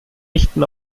echten